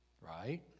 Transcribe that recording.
Right